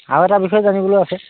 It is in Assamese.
আৰু এটা বিষয়ে জানিবলৈ আছে